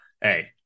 hey